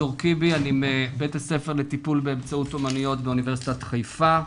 אני מבית הספר לטיפול באמצעות אומנויות באוניברסיטת חיפה.